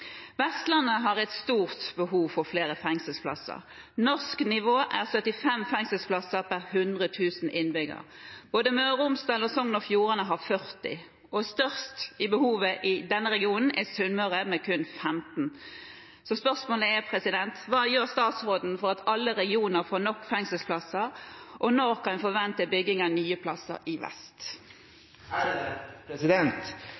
Vestlandet har et stort behov for flere fengselsplasser. Norsk nivå er 75 fengselsplasser pr. 100 000 innbyggere. Både Møre og Romsdal og Sogn og Fjordane har 40. Størst er behovet på Sunnmøre med kun 15. Hva gjør statsråden for at alle regioner får nok fengselsplasser, og når kan vi forvente bygging av nye plasser i vest?»